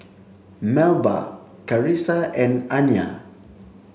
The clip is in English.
Melba Charissa and Anya